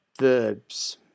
verbs